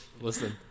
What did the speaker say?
Listen